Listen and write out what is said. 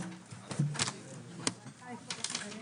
בשעה